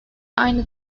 aynı